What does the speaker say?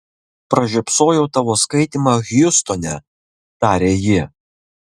pražiopsojau tavo skaitymą hjustone tarė ji